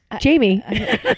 Jamie